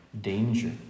danger